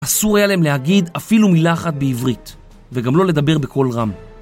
אסור היה להם להגיד אפילו מילה אחת בעברית וגם לא לדבר בקול רם